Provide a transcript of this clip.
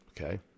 Okay